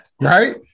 Right